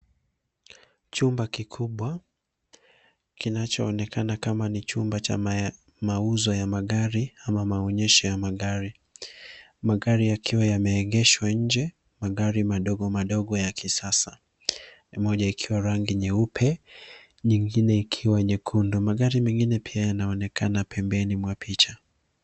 Chumba kikubwa kinachonekana kama ni chumba cha mauzo ya magari au maonyesho ya magari. Magari yakiwa yameegeshwa nje, magari madogo madogo ya kisasa, moja ikiwa rangi nyeupe, nyingine ikiwa nyekundu. Magari mengine pia yanaonekana pembeni mwa picha.